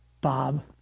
Bob